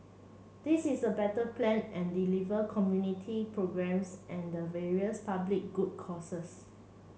this is a better plan and deliver community programmes and the various public good causes